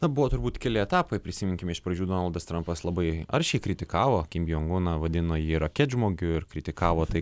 buvo turbūt keli etapai prisiminkime iš pradžių donaldas trampas labai aršiai kritikavo kim jon uną vadino jį rokėtžmogiu ir kritikavo tai